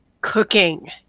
cooking